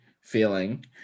feeling